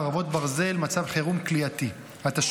חרבות ברזל) (מצב חירום כליאתי) (תיקון מס' 2),